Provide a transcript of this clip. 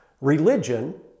religion